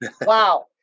Wow